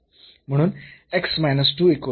आपल्याकडे आहे